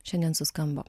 šiandien suskambo